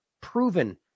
proven